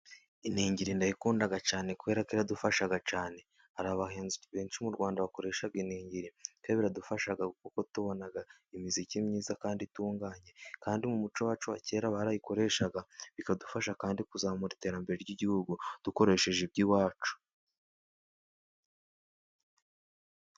Iningiri ndayikunda cyane kubera ko iradufasha cyane. Hari abahanzi benshi mu Rwanda bakoresha iningiri, twe biradufasha kuko tubona imiziki myiza kandi itunganye, kandi mu muco wacu wa kera barayikoreshaga. Bikadufasha kandi kuzamura iterambere ry'igihugu, dukoresheje iby'iwacu.